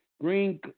green